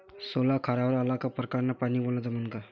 सोला खारावर आला का परकारं न पानी वलनं जमन का?